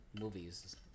movies